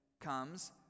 comes